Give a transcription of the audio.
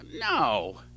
no